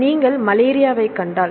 எனவே நீங்கள் மலேரியாவைக் கண்டால்